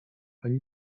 ani